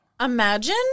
Imagine